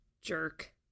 Jerk